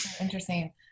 Interesting